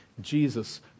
Jesus